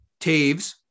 Taves